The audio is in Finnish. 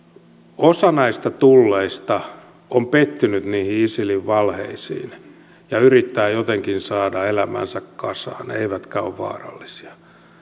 osa näistä tulleista on pettynyt niihin isilin valheisiin ja yrittää jotenkin saada elämäänsä kasaan eivätkä he ole vaarallisia